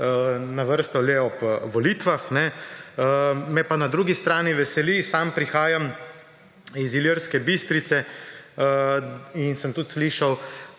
na vrsto le ob volitvah. Me pa na drugi strani veseli, sam prihajam iz Ilirske Bistrice, in sem tudi slišal,